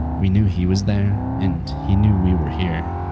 we knew he was there and he knew we were here.